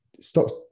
stocks